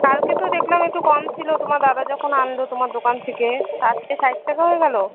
কালকে তো দেখলাম একটু কম ছিল তোমার দাদা যখন আনল তোমার দোকান থেকে তা আজকে ষাট টাকা হয়ে গেলো